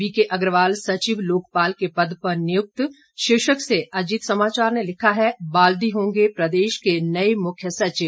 B K Agarwal सचिव लोकपाल के पद पर नियुक्त शीर्षक से अजीत समाचार ने लिखा है बाल्दी होंगे प्रदेश के नए मुख्य सचिव